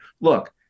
look